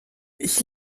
ich